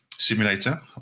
simulator